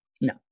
No